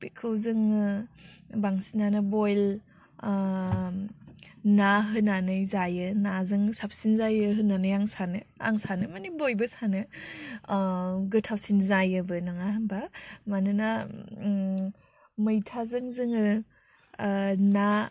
बेखौ जोङो बांसिनानो बइल ना होनानै जायो नाजों साबसिन जायो होन्नानै आं सानो आं सानो माने बयबो सानो गोथावसिन जायोबो नङा होमबा मानोना मैथाजों जोङो ना